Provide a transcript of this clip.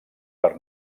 per